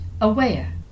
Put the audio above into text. aware